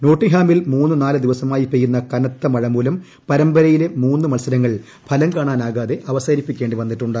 നോട്ടിംഗ്ഹാമിൽ മൂന്ന് നാല് ദിവസമായി പെയ്യുന്ന കനത്ത മഴ മൂലം പരമ്പരയിലെ മൂന്ന് മത്സരങ്ങൾ ഫലം കാണാതെ അവസാനിപ്പിക്കേണ്ടിവന്നിട്ടുണ്ട്